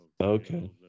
Okay